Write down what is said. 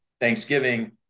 Thanksgiving